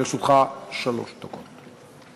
לרשותך שלוש דקות.